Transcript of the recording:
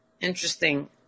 Interesting